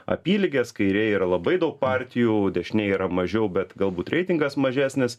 apylygės kairėj yra labai daug partijų dešinėj yra mažiau bet galbūt reitingas mažesnis